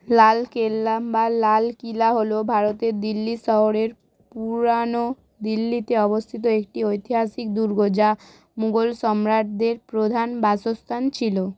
লাল কেল্লা বা লাল কিলা হলো ভারতের দিল্লি শহরের পুরানো দিল্লিতে অবস্থিত একটি ঐতিহাসিক দুর্গ যা মুঘল সম্রাটদের প্রধান বাসস্থান ছিল